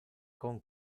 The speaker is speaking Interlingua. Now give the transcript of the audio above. con